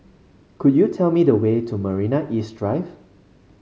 could you tell me the way to Marina East Drive